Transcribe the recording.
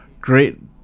great